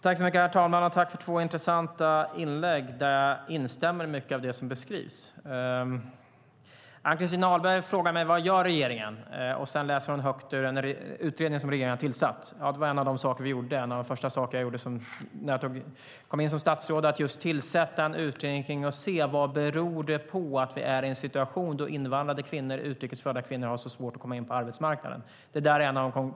Herr talman! Jag tackar för två intressanta inlägg och instämmer i mycket av det som beskrivs. Ann-Christin Ahlberg frågar mig vad regeringen gör och läser högt ur ett betänkande från en utredning som regeringen tillsatt. Ja, en av de första konkreta saker som jag gjorde när jag tillträdde som statsråd var att tillsätta just denna utredning om orsakerna till att invandrade utrikes födda kvinnor har så svårt att komma in på arbetsmarknaden.